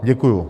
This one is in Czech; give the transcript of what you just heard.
Děkuju.